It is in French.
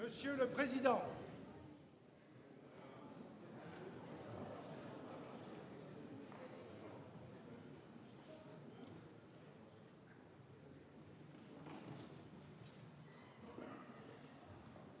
Monsieur le président,